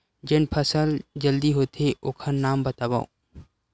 जेन फसल जल्दी होथे ओखर नाम बतावव?